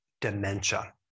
Dementia